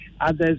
others